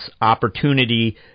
opportunity